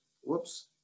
Whoops